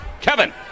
Kevin